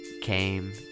came